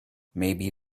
maybe